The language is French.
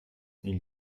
ils